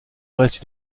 reste